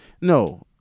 No